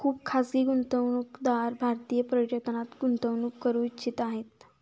खुप खाजगी गुंतवणूकदार भारतीय पर्यटनात गुंतवणूक करू इच्छित आहे